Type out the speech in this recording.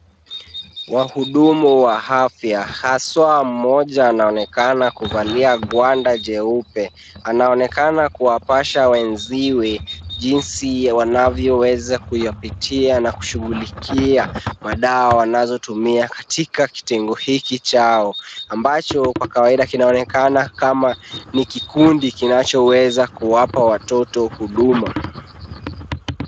Wahudumu wa afya haswa mmoja anaonekana kuvalia gwanda jeupe. Anaonekana kuwapasha wenziwe jinsi ya wanavyoweza kuyapitia na kushughulikia madawa wanazotumia katika kitengo hiki chao ambacho kwa kawaida kinaonekana kama ni kikundi kinachoweza kuwapa watoto huduma.